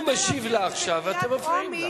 הוא משיב לה עכשיו, ואתם מפריעים לה.